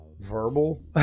verbal